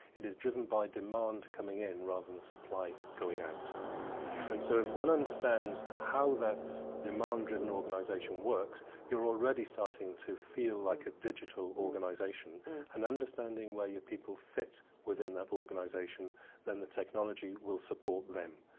it is driven by demand coming in rather than supply going out and so if one understands how that demand driven organisation works you are already starting to feel like a digital organisation and understanding where your people fit within that organisation then the technology will support them.